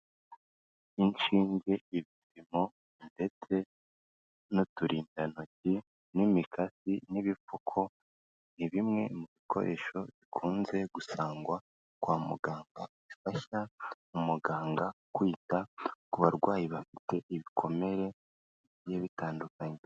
Inshinge, ibipimo ndetse n'uturindantoki n'imikasi n'ibifuko, ni bimwe mu bikoresho bikunze gusangwa kwa muganga bifasha umuganga kwita ku barwayi bafite ibikomere bigiye bitandukanye.